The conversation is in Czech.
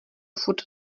furt